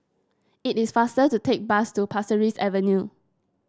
it is faster to take bus to Pasir Ris Avenue